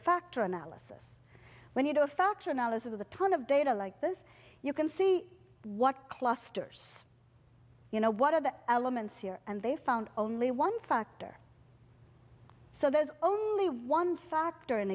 factor analysis when you do a factor analysis of the ton of data like this you can see what clusters you know what are the elements here and they found only one factor so there is only one factor an